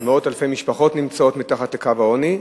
ומאות אלפי משפחות נמצאות מתחת לקו העוני,